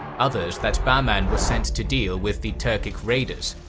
others that bahman was sent to deal with the turkic raiders.